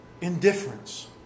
Indifference